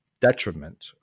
detriment